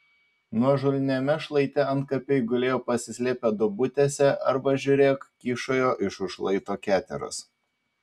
nuožulniame šlaite antkapiai gulėjo pasislėpę duobutėse arba žiūrėk kyšojo iš už šlaito keteros